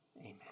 Amen